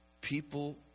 People